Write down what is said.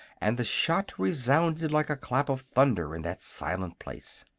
and the shot resounded like a clap of thunder in that silent place.